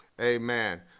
Amen